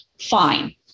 Fine